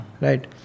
right